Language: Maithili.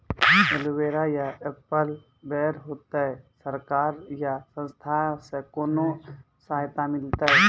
एलोवेरा या एप्पल बैर होते? सरकार या संस्था से कोनो सहायता मिलते?